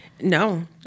No